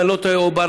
אם אני לא טועה ברק,